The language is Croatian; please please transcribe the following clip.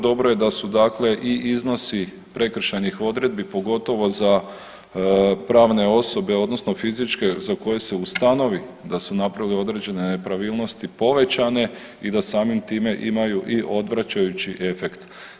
Dobro je da su dakle i iznosi prekršajnih odredbi pogotovo za pravne osobe, odnosno fizičke za koje se ustanovi da su napravili određene nepravilnosti povećane i da samim time imaju i odvraćajući efekt.